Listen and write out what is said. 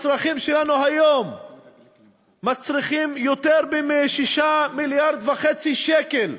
הצרכים שלנו היום מצריכים יותר מ-6.5 מיליארד שקלים בשנה,